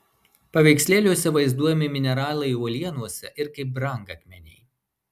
paveikslėliuose vaizduojami mineralai uolienose ir kaip brangakmeniai